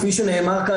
כפי שנאמר כאן,